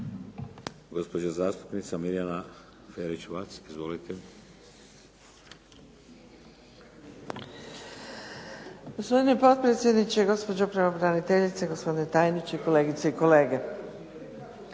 Gospodine potpredsjedniče, gospođo pravobraniteljice, gospodine tajniče, kolegice i kolege.